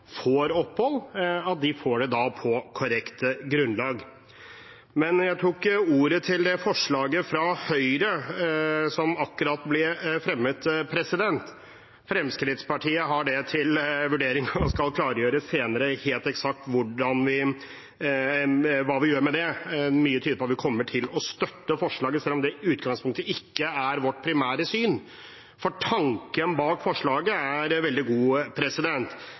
får opphold, får det på korrekt grunnlag. Jeg tok ordet til forslaget som akkurat ble fremmet fra Høyre. Fremskrittspartiet har det til vurdering og skal klargjøre senere helt eksakt hva vi gjør med det. Mye tyder på at vi kommer til å støtte forslaget selv om det i utgangspunktet ikke er vårt primære syn, for tanken bak forslaget er veldig god.